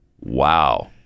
Wow